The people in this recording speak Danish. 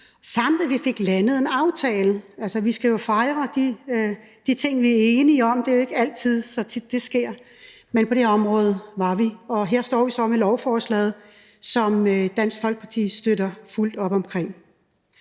at vi fik landet en aftale. Altså, vi skal jo fejre de ting, vi er enige om. Det er jo ikke så tit, det sker. Men på det her område var vi enige, og her står vi så med lovforslaget, som Dansk Folkeparti støtter fuldt op omkring.